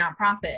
nonprofit